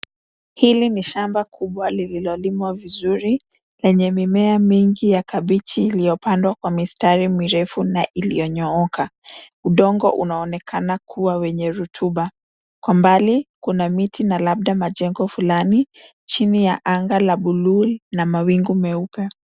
Hili ni shamba kubwa lililolimwa vizuri, lenye mimea mingi ya kabichi iliyopandwa kwa mistari mirefu na iliyonyooka. Udongo unaonekana kuwa wenye rotuba. Kwa mbali kuna miti na labda majengo flani chini ya anga la buluu na mawingu meupe.